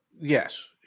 yes